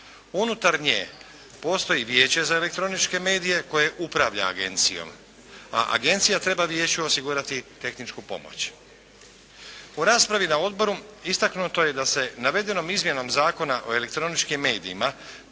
Unutar nje postoji Vijeće za elektroničke medije koje upravlja Agencijom, a Agencija treba Vijeću osigurati tehničku pomoć. U raspravi na Odboru istaknuto je da se navedenom izmjenom Zakona o elektroničkim medijima